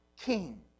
King